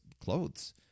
clothes